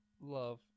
love